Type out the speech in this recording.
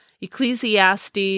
Ecclesiastes